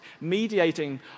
mediating